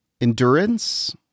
endurance